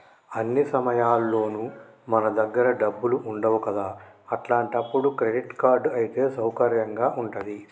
అన్ని సమయాల్లోనూ మన దగ్గర డబ్బులు ఉండవు కదా అట్లాంటప్పుడు క్రెడిట్ కార్డ్ అయితే సౌకర్యంగా ఉంటది